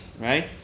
right